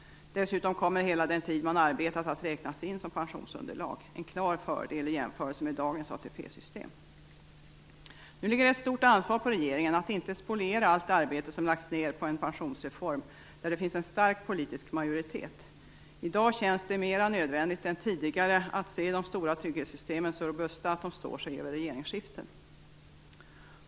Dessutom kommer hela den tid man arbetat att räknas in som pensionsunderlag. En klar fördel i jämförelse med dagens ATP-system. Nu ligger det ett stort ansvar på regeringen att inte spoliera allt det arbete som lagts ner på en pensionsreform för vilken det finns en stark politisk majoritet. I dag känns det mera nödvändigt än tidigare att se de stora trygghetssystemen så robusta att de står sig över regeringsskiften.